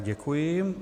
Děkuji.